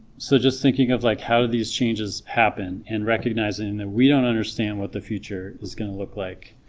so just thinking of like how these changes happen and recognizing that we don't understand what the future is gonna look like